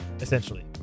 essentially